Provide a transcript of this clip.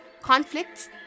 conflicts